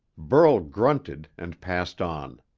burl grunted, and passed on.